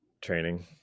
training